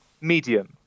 medium